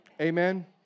Amen